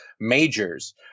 majors